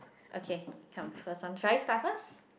okay come first one should I start first